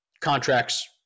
contracts